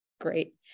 great